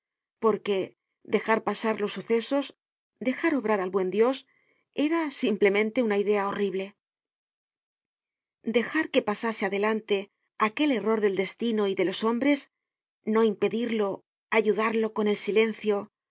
porque dejar pasar los sucesos dejar obrar al buen dios era simplemente una idea horrible dejar que pasase adelante aquel error del destino y de los hombres no impedirlo ayudarlo con el silencio